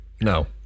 No